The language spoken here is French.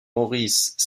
maurice